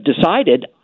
decided